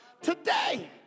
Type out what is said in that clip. today